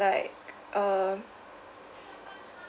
like um